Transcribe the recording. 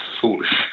foolish